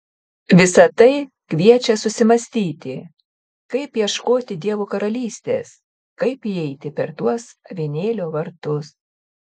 visa tai kviečia susimąstyti kaip ieškoti dievo karalystės kaip įeiti per tuos avinėlio vartus